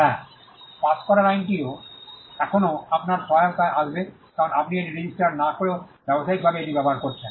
হ্যাঁ পাস করার আইনটি এখনও আপনার সহায়তায় আসবে কারণ আপনি এটি রেজিস্টার্ড না করেও ব্যবসায়িকভাবে এটি ব্যবহার করছেন